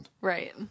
Right